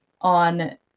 on